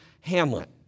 Hamlet